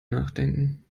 nachdenken